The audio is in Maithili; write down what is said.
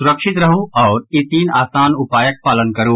सुरक्षित रहू आओर ई तीन आसान उपायक पालन करू